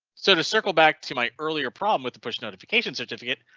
so to circle back to my earlier problem with the push notification certificates.